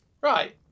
Right